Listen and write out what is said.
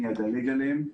אדלג עליהם.